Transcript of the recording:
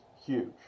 huge